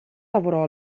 lavorò